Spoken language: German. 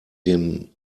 dem